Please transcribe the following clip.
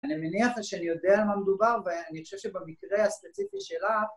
אני מניח שאני יודע מה מדובר ואני חושב שבמקרה הספציפי שלה